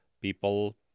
people